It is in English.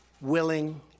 willing